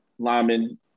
linemen